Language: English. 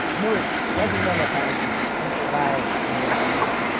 most pleasant on the tongue, can survive in your memory.